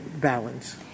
balance